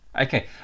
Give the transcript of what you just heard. Okay